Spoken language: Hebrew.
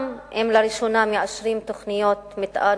גם אם לראשונה מאז הכיבוש מאשרים תוכניות מיתאר.